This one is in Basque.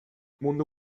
mundu